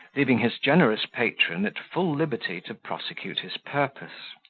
leaving his generous patron at full liberty to prosecute his purpose.